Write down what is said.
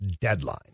deadline